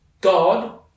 God